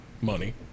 Money